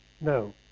No